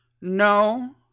No